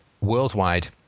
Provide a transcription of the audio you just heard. worldwide